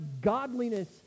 godliness